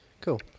Cool